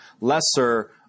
lesser